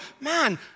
man